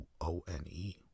O-N-E